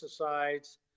pesticides